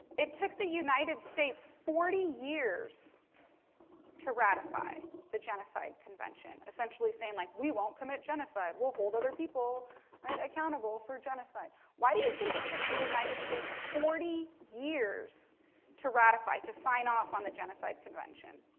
it took the united states forty years to ratify the genocide convention, essentially saying like we won't commit genocide, we'll hold other people accountable for genocide. why do you think it took the united states forty years to ratify, to sign off on the genocide convention?